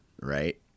Right